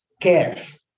cash